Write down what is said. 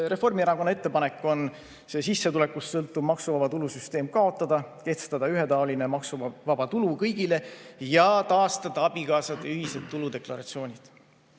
Reformierakonna ettepanek on see sissetulekust sõltuv maksuvaba tulu süsteem kaotada, kehtestada ühetaoline maksuvaba tulu kõigile ja taastada abikaasade ühised tuludeklaratsioonid.